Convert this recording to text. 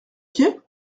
pied